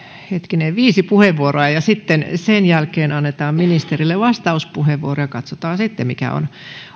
viisi vastauspuheenvuoroa ja sen jälkeen annetaan ministerille vastauspuheenvuoro ja katsotaan sitten mikä on